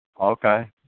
Okay